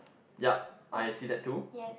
yup I see that too